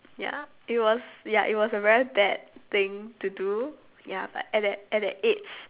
ya it was ya it was a very bad thing to do ya but at that at that age